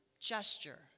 gesture